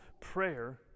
prayer